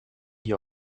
die